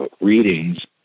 readings